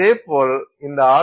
இதேபோல் இந்த ஆர்